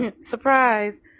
surprise